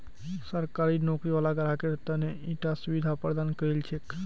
सरकारी नौकरी वाला ग्राहकेर त न ईटा सुविधा प्रदान करील छेक